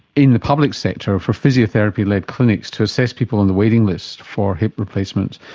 in the public sector for physiotherapy-led clinics to assess people on the waiting list for hip replacements,